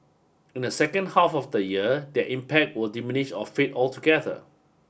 in the second half of the year their impact will diminish or fade altogether